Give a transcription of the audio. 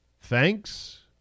Thanks